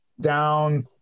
down